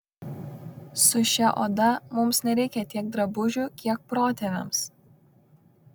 su šia oda mums nereikia tiek drabužių kiek protėviams